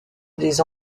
des